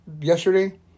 yesterday